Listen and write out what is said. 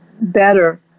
better